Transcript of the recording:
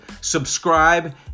subscribe